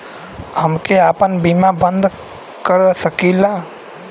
हमके आपन बीमा बन्द कर सकीला?